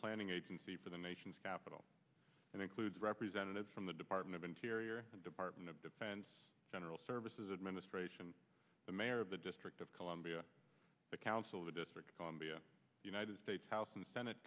planning agency for the nation's capital and includes representatives from the department of interior department of defense general services administration the mayor of the district of columbia the council of the district of columbia united states house and senate